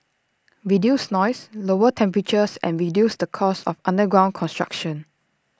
reduce noise lower temperatures and reduce the cost of underground construction